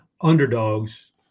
underdogs